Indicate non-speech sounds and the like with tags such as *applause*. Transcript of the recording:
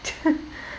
*laughs*